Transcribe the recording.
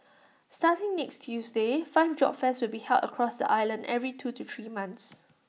starting next Tuesday five job fairs will be held across the island every two to three months